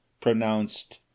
pronounced